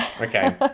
Okay